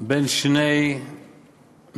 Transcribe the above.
בין שני מפלגות: